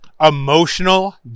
emotional